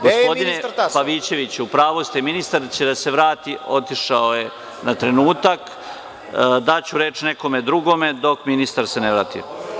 Gospodine Pavićeviću, u pravu ste, ministar se vraća, otišao je na trenutak, daću reč nekome drugome dok se ministar ne vrati.